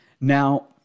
now